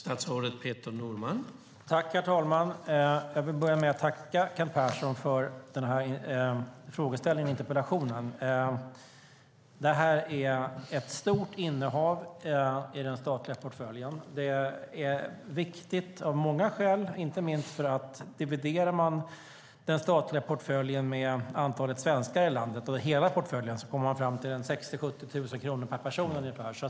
Herr talman! Jag vill börja med att tacka Kent Persson för frågeställningen och interpellationen. Det är ett stort innehav i den statliga portföljen. Det är viktigt av många skäl. Dividerar man hela den statliga portföljen med antalet svenskar i landet kommer man fram till ungefär 60 000-70 000 kronor per person.